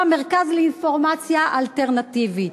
או "המרכז לאינפורמציה אלטרנטיבית".